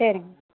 சரிங்க